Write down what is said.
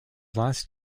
last